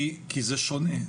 כי זה שונה.